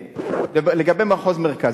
לגבי מחוז מרכז,